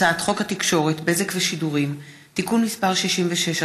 הצעת חוק התקשורת (בזק ושידורים) (תיקון מס' 66),